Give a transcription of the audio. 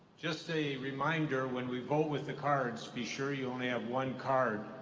just a reminder, when we vote with the cards, be sure you only have one card,